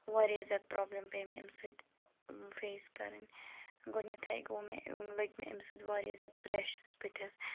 واریاہ زیادٕ پرٛابلِم پیٚیہِ مےٚ امہِ سۭتۍ فیس کَرٕنۍ گۄڈنٮ۪تھٕے گوٚو مےٚ لٔگۍ مےٚ امہِ سۭتۍ واریاہ زیادٕ ریشٕز بٔتھِس